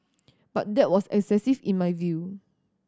but that was excessive in my view